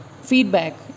feedback